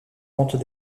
pentes